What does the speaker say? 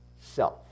self